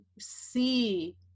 see